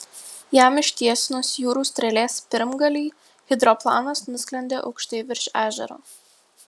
jam ištiesinus jūrų strėlės pirmgalį hidroplanas nusklendė aukštai virš ežero